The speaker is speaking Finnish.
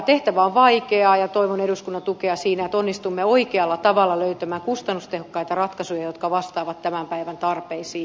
tehtävä on vaikea ja toivon eduskunnan tukea siinä että onnistumme oikealla tavalla löytämään kustannustehokkaita ratkaisuja jotka vastaavat tämän päivän tarpeisiin